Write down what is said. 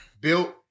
built